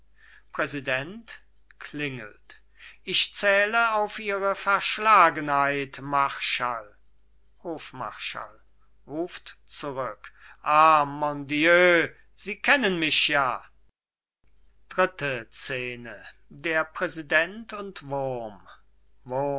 präsident klingelt ich zähle auf ihre verschlagenheit marschall hofmarschall ruft zurück ah mon dieu sie kennen mich ja dritte scene der präsident und wurm wurm